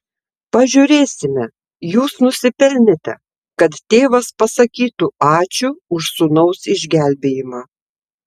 pažiūrėsime jūs nusipelnėte kad tėvas pasakytų ačiū už sūnaus išgelbėjimą